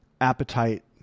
appetite